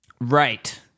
Right